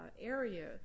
area